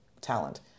talent